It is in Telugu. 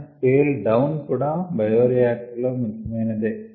కానీ స్కెల్ డౌన్ కూడా బయోరియాక్టర్ లో ముఖ్యమైనదే